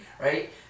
right